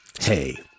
Hey